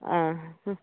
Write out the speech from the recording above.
ଆଁ ହୁଁ